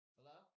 Hello